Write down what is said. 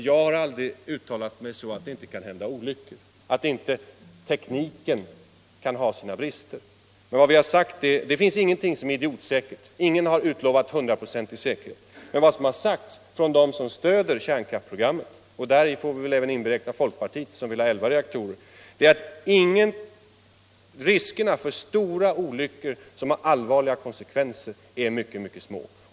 Jag har aldrig uttalat mig så att det inte kan hända olyckor, att inte tekniken kan ha sina brister. Det finns ingenting som är idiotsäkert. Ingen har utlovat hundraprocentig säkerhet. Vad som har sagts från dem som stöder kärnkraftsprogrammen — dit får vi väl även räkna folkpartiet, som vill ha 11 reaktorer — det är att riskerna för olyckor som har allvarliga konsekvenser är mycket, mycket små.